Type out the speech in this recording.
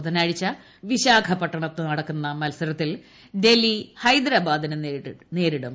ബുധനാഴ്ച വിശാഖപട്ടണത്ത് നടക്കുന്ന മത്സരത്തിൽ ഡൽഹി ഹൈദ്രാബാദിനെ നേരിടും